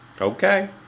Okay